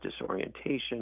disorientation